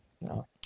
no